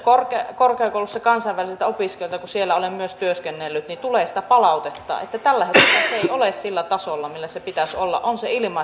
myös korkeakouluissa kansainvälisiltä opiskelijoilta kun siellä olen myös työskennellyt tulee sitä palautetta että tällä hetkellä se ei ole sillä tasolla millä sen pitäisi olla on se ilmaista tai ei